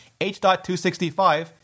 H.265